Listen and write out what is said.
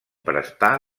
prestà